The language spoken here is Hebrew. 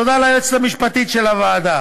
תודה ליועצת המשפטית של הוועדה